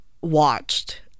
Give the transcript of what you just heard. watched